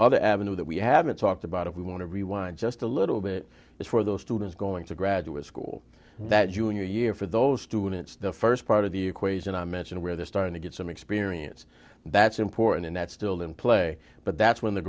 other avenue that we haven't talked about if we want to rewind just a little bit is for those students going to graduate school that junior year for those students the first part of the equation i mentioned where they're starting to get some experience that's important and that's still in play but that's when the